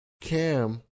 Cam